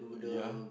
ya